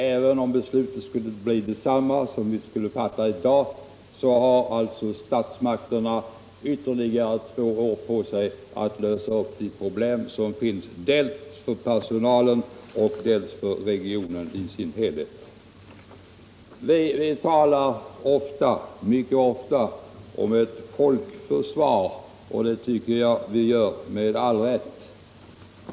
Även om beslutet då skulle bli detsamma som det vi fattar i dag skulle statsmakterna vid en eventuell nedläggning ha ytterligare två år på sig att lösa de problem som uppstår dels för personalen, dels för regionen i dess helhet. Vi talar mycket ofta om ett folkförsvar, och det tycker jag att vi gör med all rätt.